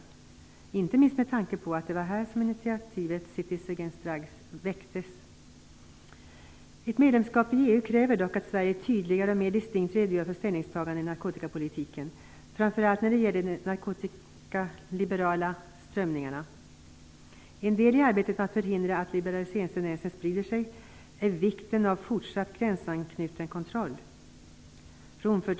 Det skulle kännas riktigt med tanke på att det var här som initiativet till Cities Ett medlemskap i EU kräver dock att Sverige tydligare och mer distinkt redogör för sina ställningstaganden i narkotikapolitiken, framför allt när det gäller de narkotikaliberala strömningarna. En del i arbetet med att förhindra att liberaliseringstendensen sprider sig är att inse vikten av fortsatt gränsanknuten kontroll.